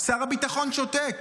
שר הביטחון שותק